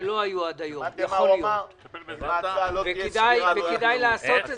שלא היו עד היום, וכדאי לעשות את זה.